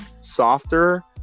softer